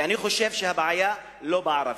ואני חושב שהבעיה לא בערבים,